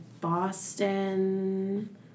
Boston